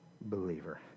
believer